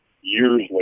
years